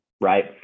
right